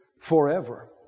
forever